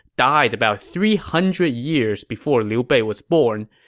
died about three hundred years before liu bei was born.